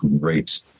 great